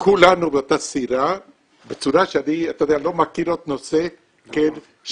כולנו באותה סירה בצורה שאני לא מכיר עוד נושא שהוא